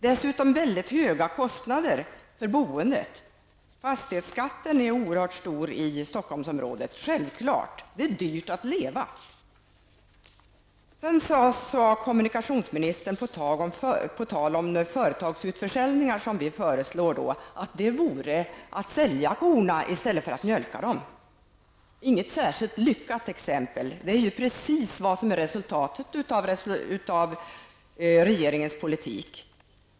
Dessutom är det mycket höga kostnader för boendet, och fastighetsskatten är oerhört stor i Stockholmsområdet. Det är självfallet dyrt att leva. På tal om de företagsutförsäljningar vi föreslår sade kommunikationsministern att det vore att sälja korna i stället för att mjölka dem. Det är inget särskilt lyckat exempel. Det är precis vad som blir resultatet av regeringens politik.